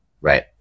Right